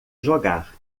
jogar